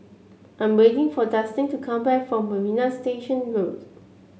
I'm waiting for Dustin to come back from Marina Station Road